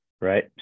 right